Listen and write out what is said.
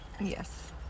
Yes